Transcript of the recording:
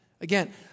Again